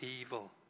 evil